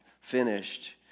finished